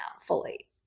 fully